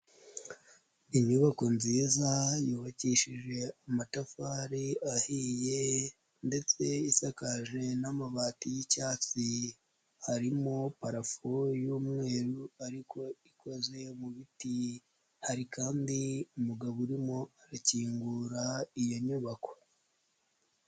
Inyubako nziza yubakishije amatafari ahiye ndetse isakaje n'amabati y'icyatsi, harimo parafo y'umweru ariko ikoze mu biti, hari kandi umugabo urimo arakingura iyo nyubako.